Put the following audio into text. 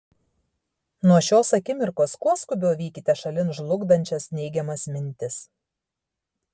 nuo šios akimirkos kuo skubiau vykite šalin žlugdančias neigiamas mintis